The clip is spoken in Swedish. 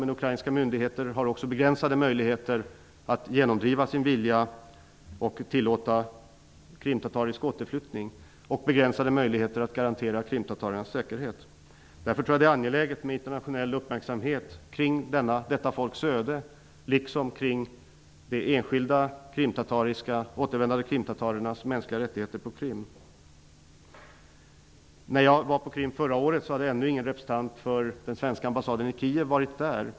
Men ukrainska myndigheter har begränsade möjligheter att genomdriva sin vilja och tillåta krimtatarisk återflyttning och även begränsade möjligheter att garantera krimtatarernas säkerhet. Därför tror jag att det är angeläget med internationell uppmärksamhet krig detta folks öde liksom angående mänskliga rättigheter för de återvändande krimtatarerna. När jag förra året var på Krim hade ännu ingen representant för den svenska ambassaden i Kiev varit där.